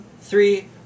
three